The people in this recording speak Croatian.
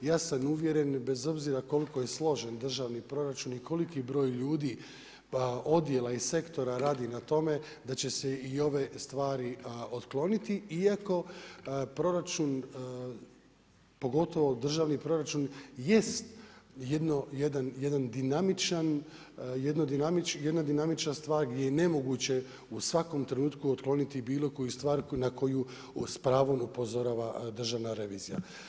Ja sam uvjeren bez obzira koliko je složen državni proračun i koliki broj ljudi, pa odjela i sektora radi na tome da će se i ove stvari otkloniti, iako proračun, pogotovo državni proračun, jest jedan dinamičan, jedna dinamična stvar, gdje je nemoguće u svakom trenutku otkloniti bilo koju stvar na koju s pravom upozorava Državna revizija.